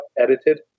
edited